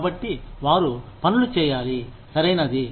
కాబట్టి వారు పనులు చేయాలి సరైనది